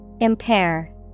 Impair